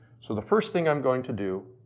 so the first thing i'm going to do,